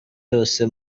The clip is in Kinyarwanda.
yose